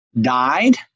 died